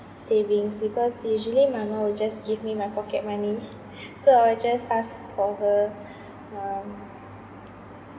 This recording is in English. savings because usually my mum will just give me my pocket money so I will just ask for her um